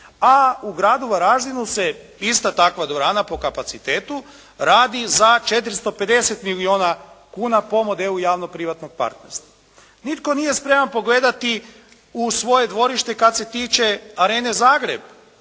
a u gradu Varaždinu se ista takva dvorana po kapacitetu, radi za a450 milijuna kuna po modelu javno-privatnog partnerstva. Nitko nije spreman pogledati u svoje dvorište kada se tiče arene Zagreb